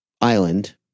island